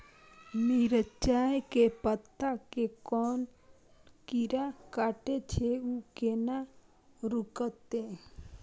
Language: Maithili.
मिरचाय के पत्ता के कोन कीरा कटे छे ऊ केना रुकते?